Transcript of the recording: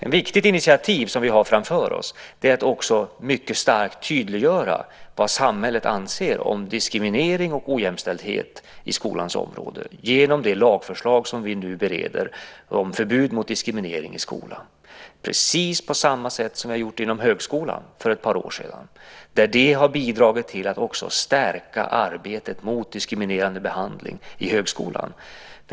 Ett viktigt initiativ som vi har framför oss är att mycket starkt tydliggöra vad samhället anser om diskriminering och ojämställdhet på skolans område, genom det lagförslag som vi nu bereder om förbud mot diskriminering i skolan. Precis på samma sätt har vi gjort inom högskolan för ett par år sedan, där det har bidragit till att stärka arbetet mot diskriminerande behandling i högskolan.